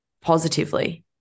positively